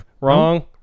Wrong